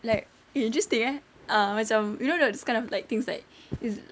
like eh interesting eh ah macam you know got those kind of things like is